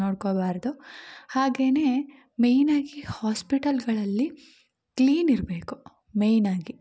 ನೋಡ್ಕೋಬಾರದು ಹಾಗೇ ಮೇಯ್ನಾಗಿ ಹಾಸ್ಪಿಟಲ್ಗಳಲ್ಲಿ ಕ್ಲೀನ್ ಇರಬೇಕು ಮೇಯ್ನಾಗಿ